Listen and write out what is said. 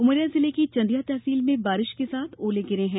उमरिया जिले की चंदिया तहसील में बारिश के साथ ओले गिरे हैं